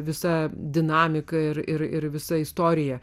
visa dinamika ir ir ir visa istorija